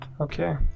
Okay